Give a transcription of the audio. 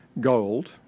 gold